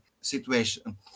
situation